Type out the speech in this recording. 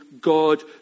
God